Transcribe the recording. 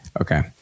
okay